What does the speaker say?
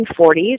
1940s